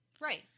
Right